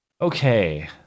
Okay